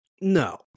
No